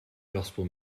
gospel